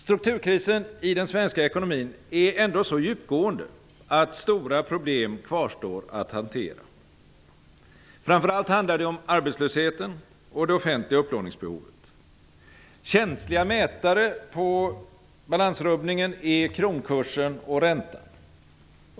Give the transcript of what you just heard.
Strukturkrisen i den svenska ekonomin är ändå så djupgående att stora problem kvarstår att hantera. Framför allt handlar det om arbetslösheten och det offentliga upplåningsbehovet. Känsliga mätare på balansrubbningen är kronkursen och räntan.